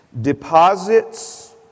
Deposits